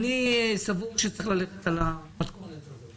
אני סבור שצריך ללכת על המתכונת הזאת,